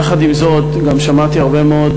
יחד עם זאת גם שמעתי הרבה מאוד: